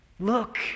Look